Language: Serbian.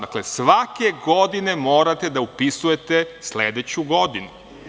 Dakle, svake godine morate da upisujete sledeću godinu.